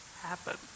happen